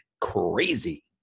crazy